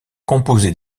composée